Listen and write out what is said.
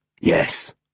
Yes